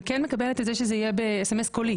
אני כן מקבלת את זה שזה יהיה ב-SMS קולי.